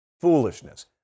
Foolishness